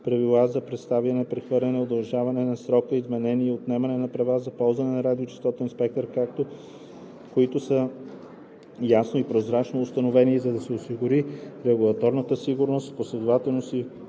правила за предоставяне, прехвърляне, удължаване на срока, изменение и отнемане на права за ползване на радиочестотен спектър, които са ясно и прозрачно установени, за да се осигури регулаторна сигурност, последователност и